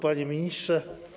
Panie Ministrze!